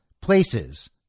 places